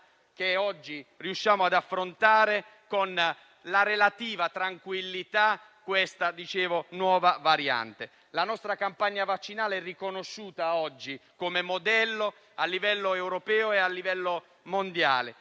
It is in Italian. che oggi riusciamo ad affrontare con relativa tranquillità questa nuova variante. La nostra campagna vaccinale è riconosciuta oggi come modello a livello europeo e a livello mondiale.